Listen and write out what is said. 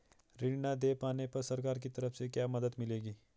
ऋण न दें पाने पर सरकार की तरफ से क्या मदद मिलेगी?